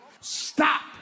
Stop